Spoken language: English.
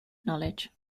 knowledge